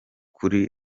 kuri